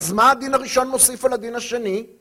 אז מה הדין הראשון מוסיף על הדין השני?